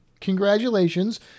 congratulations